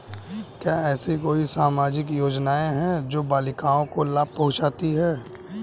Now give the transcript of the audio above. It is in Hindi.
क्या ऐसी कोई सामाजिक योजनाएँ हैं जो बालिकाओं को लाभ पहुँचाती हैं?